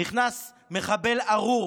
נכנס מחבל ארור